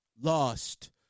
lost